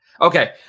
Okay